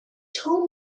told